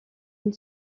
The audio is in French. une